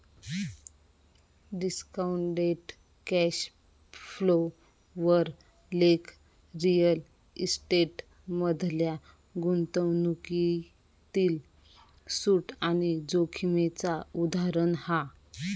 discounted cash flow वर लेख real estate मधल्या गुंतवणूकीतील सूट आणि जोखीमेचा उदाहरण हा